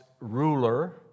ruler